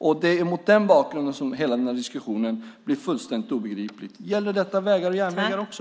Det är mot den bakgrunden som hela denna diskussion blir fullständigt obegriplig. Gäller detta vägar och järnvägar också?